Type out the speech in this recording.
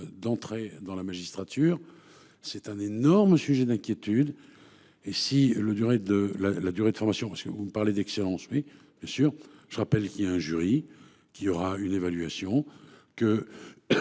d'entrer dans la magistrature. C'est un énorme sujet d'inquiétude. Et si le durée de la, la durée de formation parce que vous parlez d'excellence oui bien sûr. Je rappelle qu'il y a un jury qui aura une évaluation que.